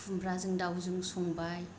खुम्ब्राजों दाउजों संबाय